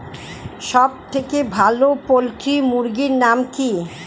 সবথেকে ভালো পোল্ট্রি মুরগির নাম কি?